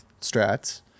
strats